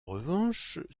revanche